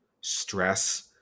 stress